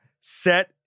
set